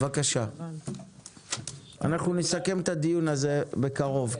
אנחנו נסכם את הדיון הזה בקרוב.